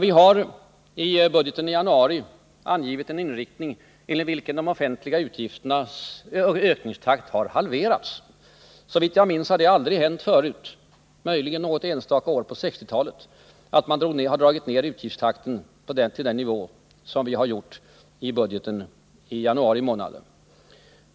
Vi har i budgeten i januari angivit en inriktning enligt vilken de offentliga utgifternas ökningstakt har halverats. Såvitt jag minns har det aldrig hänt förut — möjligen något enstaka år på 1960-talet — att man har dragit ned utgiftsökningstakten till en sådan nivå som vi har gjort i budgeten i januari månad.